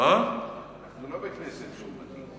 לא בכנסת לעומתית.